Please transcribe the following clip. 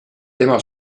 tema